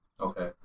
Okay